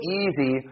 easy